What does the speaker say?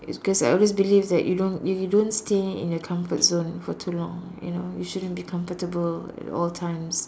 it's cause I always believe that you know if you don't stay in your comfort zone for too long you know you shouldn't be comfortable at all times